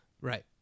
Right